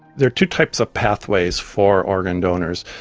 there are two types of pathways for organ donors.